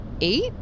eight